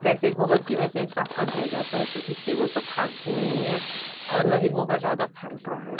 जैसे ही गोबर की वैसे ही साफ कर दिया जाता है तो इससे वो सब खासती नहीं है और न ही गोबर ज़्यादा फैलता है